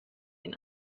ihn